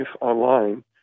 online